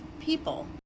people